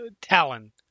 Talon